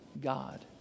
God